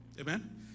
Amen